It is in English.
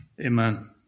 Amen